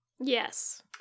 Yes